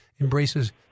Embraces